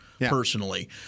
personally